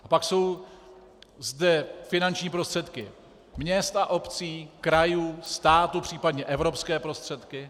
A pak jsou zde finanční prostředky měst a obcí, krajů, státu případně evropské prostředky.